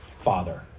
father